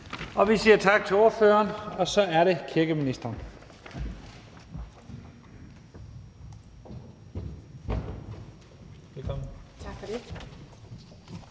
Vi siger tak til ordføreren. Så er det kirkeministeren. Velkommen. Kl.